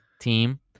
team